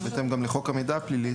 גם בהתאם לחוק המידע הפלילי,